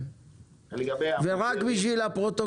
לא חייב את היזמים לבנות את מלוא השטח הבנוי אלא רק בניה